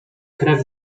krew